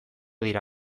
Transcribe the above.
dira